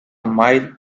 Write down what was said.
mile